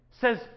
says